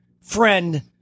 friend